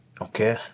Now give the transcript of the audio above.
okay